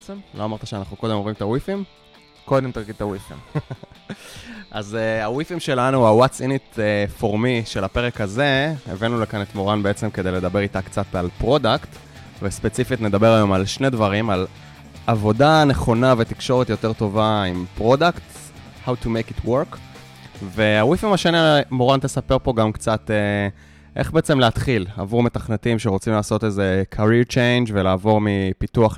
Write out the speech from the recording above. לא אמרת שאנחנו קודם עוברים את הוויפים? קודם תרקיד את הוויפים. אז הוויפים שלנו, ה-What's in it for me של הפרק הזה, הבאנו לכאן את מורן בעצם כדי לדבר איתה קצת על פרודקט, וספציפית נדבר היום על שני דברים, על עבודה נכונה ותקשורת יותר טובה עם פרודקט, How to make it work, והוויפים השני, מורן תספר פה גם קצת איך בעצם להתחיל, עבור מתכנתים שרוצים לעשות איזה career change ולעבור מפיתוח.